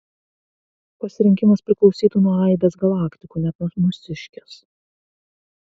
pasirinkimas priklausytų nuo aibės galaktikų net nuo mūsiškės